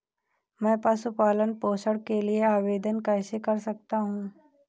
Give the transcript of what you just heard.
मैं पशु पालन पोषण के लिए आवेदन कैसे कर सकता हूँ?